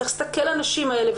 צריך להסתכל על הנשים האלה,